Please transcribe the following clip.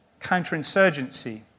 counterinsurgency